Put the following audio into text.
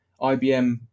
IBM